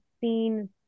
seen